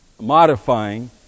modifying